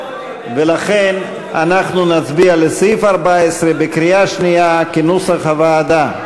ולכן אנחנו נצביע בקריאה שנייה על סעיף 14 כנוסח הוועדה.